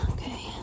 Okay